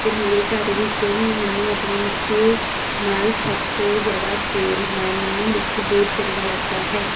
ਅਤੇ ਮੇਰੇ ਘਰ ਵਿੱਚ ਮੈਨੂੰ ਆਪਣੇ ਮਿੱਠੂ ਨਾਲ ਸਭ ਤੋਂ ਜ਼ਿਆਦਾ ਪ੍ਰੇਮ ਹੈ ਮੈਨੂੰ ਮਿੱਠੂ ਬਹੁਤ ਚੰਗਾ ਲੱਗਦਾ ਹੈ